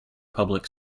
public